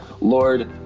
Lord